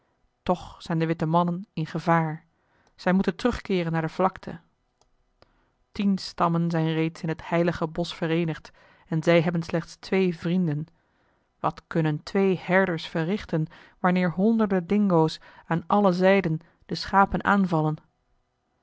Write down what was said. toch zijn de witte mannen in gevaar zij moeten terugkeeren naar de vlakte tien stammen zijn reeds in het heilige bosch vereenigd en zij hebben slechts twee vrienden wat kunnen twee herders verrichten wanneer honderden dingo's aan alle zijden de schapen aanvallen